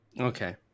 Okay